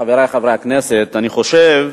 חברי חברי הכנסת, אני חושב